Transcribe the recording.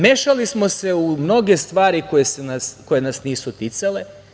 Mešali smo se u mnoge stvari koje nas nisu ticale.